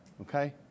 okay